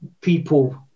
people